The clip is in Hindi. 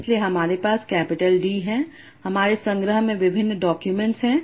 इसलिए हमारे पास कैपिटल D है हमारे संग्रह में विभिन्न डॉक्यूमेंट हैं